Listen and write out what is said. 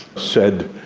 said,